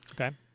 Okay